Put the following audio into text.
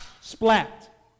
Splat